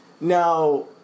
Now